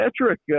Patrick